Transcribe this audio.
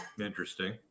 Interesting